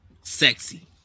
Sexy